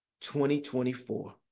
2024